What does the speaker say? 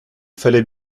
fallait